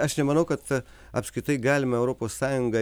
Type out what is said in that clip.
aš nemanau kad apskritai galima europos sąjungą